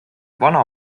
vana